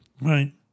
Right